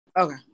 Okay